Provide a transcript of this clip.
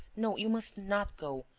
no, you must not go.